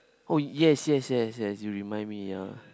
oh yes yes yes yes you remind me ya